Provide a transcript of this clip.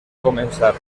començar